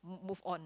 move on